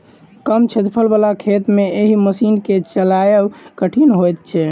कम क्षेत्रफल बला खेत मे एहि मशीन के चलायब कठिन होइत छै